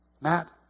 Matt